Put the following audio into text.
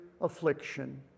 affliction